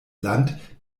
land